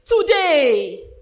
today